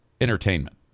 entertainment